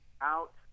out